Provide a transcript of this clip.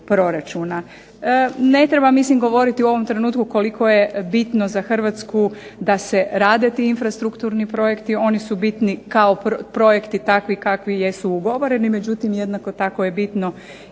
Ne treba mislim govoriti u ovom trenutku koliko je bitno za Hrvatsku da se rade ti infrastrukturni projekti. Oni su bitni kao projekti takvi kakvi jesu ugovoreni, međutim jednako tako je bitno